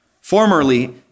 formerly